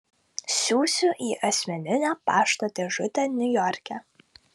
siųsiu į asmeninę pašto dėžutę niujorke